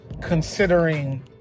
considering